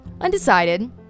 undecided